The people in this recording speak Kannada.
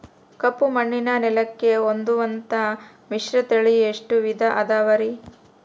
ಕಪ್ಪುಮಣ್ಣಿನ ನೆಲಕ್ಕೆ ಹೊಂದುವಂಥ ಮಿಶ್ರತಳಿ ಎಷ್ಟು ವಿಧ ಅದವರಿ?